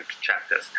chapters